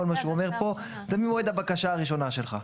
כל מה שהוא אומר פה זה ממועד הבקשה הראשונה שלך.